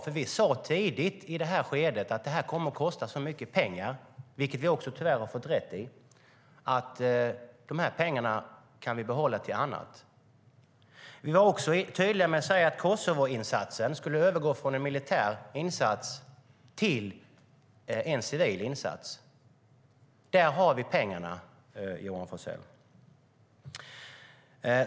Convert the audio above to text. Vi sade nämligen tidigt i detta skede att detta kommer att kosta så mycket pengar - det har vi tyvärr fått rätt i - att vi kan använda dessa pengar till annat. Vi var också tydliga med att säga att Kosovoinsatsen skulle övergå från en militär insats till en civil insats. Där har vi pengarna, Johan Forssell.